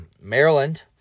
Maryland